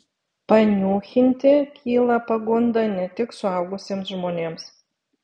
paniūchinti kyla pagunda ne tik suaugusiems žmonėms